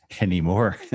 anymore